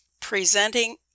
presenting